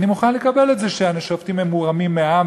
אני מוכן לקבל את זה שהשופטים הם מורמים מעם